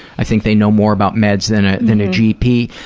i think they know more about meds than ah than a gp.